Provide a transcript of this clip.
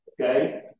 Okay